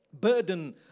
burden